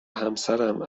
همسرم